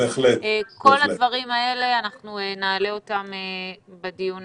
את כל הדברים נעלה בדיון